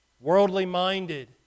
Worldly-minded